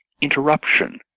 interruption